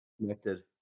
Connected